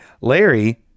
larry